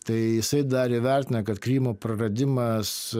tai jisai dar įvertina kad krymo praradimas